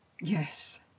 Yes